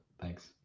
thanks